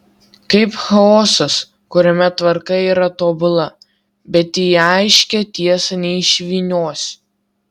kaip chaosas kuriame tvarka yra tobula bet į aiškią tiesę neišvyniosi